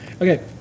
Okay